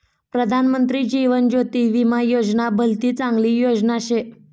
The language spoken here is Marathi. प्रधानमंत्री जीवन ज्योती विमा योजना भलती चांगली योजना शे